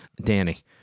Danny